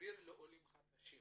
להסביר לעולים חדשים?